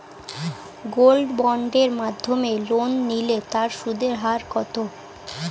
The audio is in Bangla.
গোল্ড বন্ডের মাধ্যমে লোন নিলে তার সুদের হার কত?